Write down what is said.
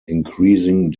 increasing